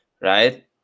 Right